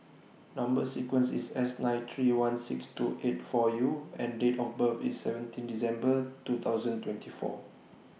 Number sequence IS S nine three one six two eight four U and Date of birth IS seventeen December two thousand twenty four